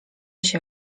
się